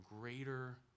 greater